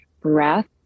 breath